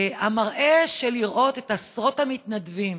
המראה, לראות את עשרות המתנדבים